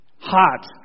Hot